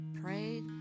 pray